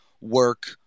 work